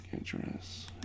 address